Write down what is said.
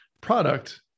product